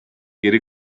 geri